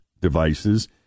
devices